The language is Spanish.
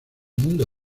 mundo